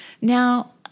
Now